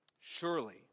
Surely